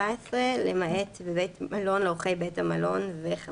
אחרי "בניגוד לתקנה 5(א)" יבוא "או (ג)